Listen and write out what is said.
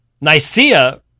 Nicaea